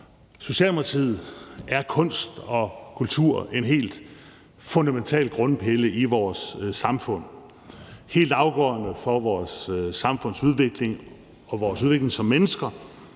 Socialdemokratiet er en helt fundamental grundpille i vores samfund. Det er helt afgørende for vores samfundsudvikling og vores udvikling som mennesker,